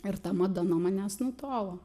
ir ta mada nuo manęs nutolo